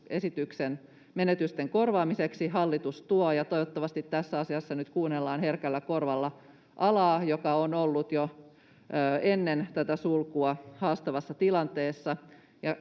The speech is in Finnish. esityksen menetysten korvaamiseksi hallitus tuo, ja toivottavasti tässä asiassa nyt kuunnellaan herkällä korvalla alaa, joka on ollut jo ennen tätä sulkua haastavassa tilanteessa,